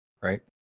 right